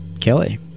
kelly